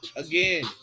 Again